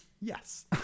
Yes